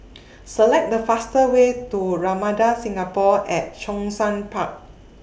Select The fastest Way to Ramada Singapore At Zhongshan Park